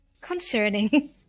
concerning